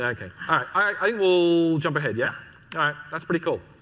like ah i will jump ahead. yeah that's pretty cool.